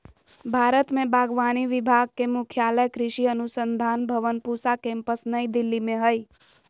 भारत में बागवानी विभाग के मुख्यालय कृषि अनुसंधान भवन पूसा केम्पस नई दिल्ली में हइ